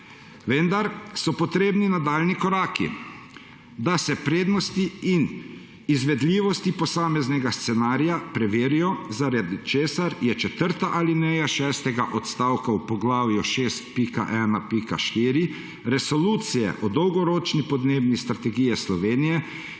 vendar so potrebni nadaljnji koraki, da se prednosti in izvedljivosti posameznega scenarija preverijo, zaradi česar je četrta alineja šestega odstavka v poglavju 6.1.4 resolucije o Dolgoročni podnebni strategiji Slovenije